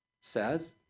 says